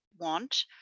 want